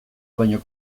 baino